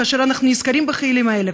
כאשר אנחנו נזכרים בחיילים האלה,